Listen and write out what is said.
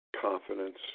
confidence